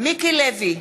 מיקי לוי,